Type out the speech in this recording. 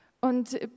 Und